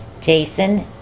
Jason